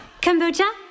Kombucha